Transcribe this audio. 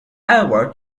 ever